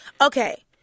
Okay